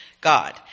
God